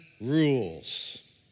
rules